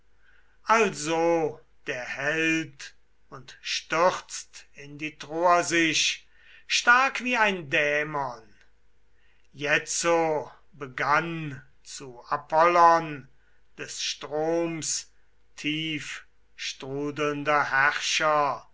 also der held und stürzt in die troer sich stark wie ein dämon jetzo begann zu apollon des stroms tiefstrudelnder